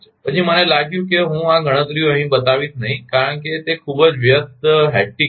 પછી મને લાગ્યું કે હું આ ગણતરીઓ અહીં બતાવીશ નહીં કારણ કે તે ખૂબ જ વ્યસ્ત હશે